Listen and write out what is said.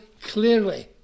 clearly